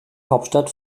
hauptstadt